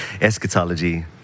eschatology